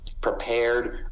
prepared